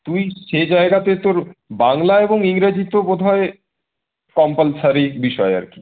তুই সে জায়গাতে তোর বাংলা এবং ইংরেজিতে তো বোধহয় কম্পালসরি বিষয় আর কি